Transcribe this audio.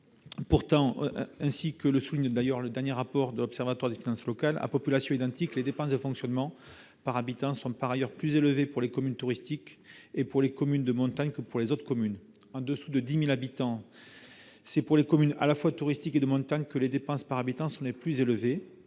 Pourtant, ainsi que le souligne le dernier rapport de l'Observatoire des finances et de la gestion publique locales, « à population identique, les dépenses de fonctionnement par habitant sont [...] plus élevées pour les communes touristiques et pour les communes de montagne que pour les autres communes. En dessous de 10 000 habitants, c'est pour les communes à la fois touristiques et de montagne que les dépenses par habitant sont les plus élevées,